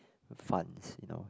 fund you know